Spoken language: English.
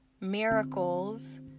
Miracles